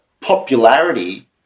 popularity